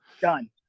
Done